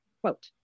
quote